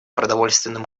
продовольственным